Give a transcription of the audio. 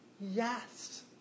yes